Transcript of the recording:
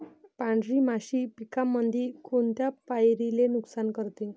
पांढरी माशी पिकामंदी कोनत्या पायरीले नुकसान करते?